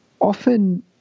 often